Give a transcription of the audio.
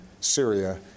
Syria